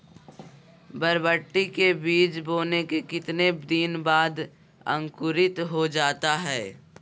बरबटी के बीज बोने के कितने दिन बाद अंकुरित हो जाता है?